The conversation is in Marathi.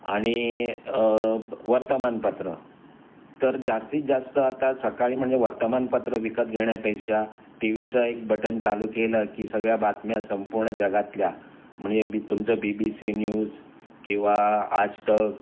आणि वर्तमानपत्र तर जास्तीत जास्त आता सकाळी म्हणजे वर्तमानपत्र विकत घेण्यापेक्षा टी व्हीचं एक बटन चालू केलं की सगळ्या बातम्या संपूर्ण जगातल्या म्हणजे बी तुमचं बी बी सी न्यूज किंवा आजतक